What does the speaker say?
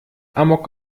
amok